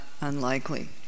unlikely